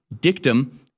dictum